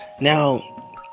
Now